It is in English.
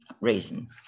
reason